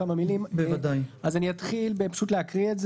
אני אתחיל להקריא.